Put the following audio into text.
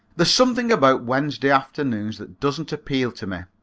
there's something about wednesday afternoons that doesn't appeal to me.